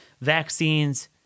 vaccines